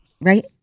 right